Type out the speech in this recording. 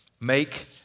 Make